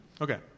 Okay